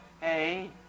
Hey